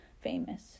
famous